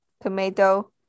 tomato